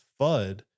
FUD